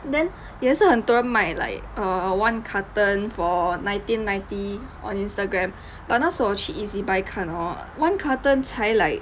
then 也是很多人卖 like err one carton for nineteen ninety on instagram but 那时候我去 E_Z buy 看 hor one carton 才 like